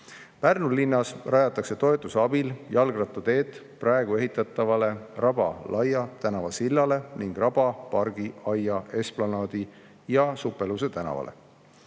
Pärnu linnas rajatakse toetuse abil jalgrattateed praegu ehitatavale Raba–Laia tänava sillale ning Raba, Pargi, Aia, Esplanaadi ja Supeluse tänavale.